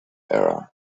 error